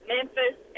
Memphis